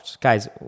Guys